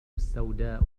السوداء